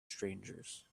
strangers